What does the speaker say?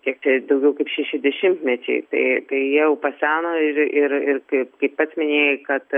kiek daugiau kaip šeši dešimtmečiai tai tai jau paseno ir ir taip kaip pats minėjai kad